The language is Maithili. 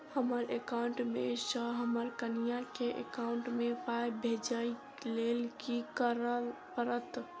हमरा एकाउंट मे सऽ हम्मर कनिया केँ एकाउंट मै पाई भेजइ लेल की करऽ पड़त?